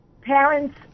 parents